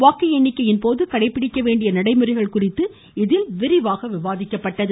வாக்கு எண்ணிக்கையின்போது கடைபிடிக்க வேண்டிய நடைமுறைகள் குறித்து இதில் விரிவாக விவாதிக்கப்பட்டது